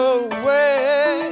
away